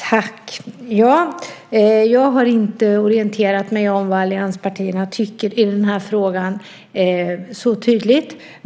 Herr talman! Jag har inte orienterat mig så tydligt om vad allianspartierna tycker i den här frågan.